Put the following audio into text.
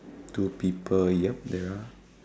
two people yep there are